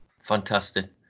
Fantastic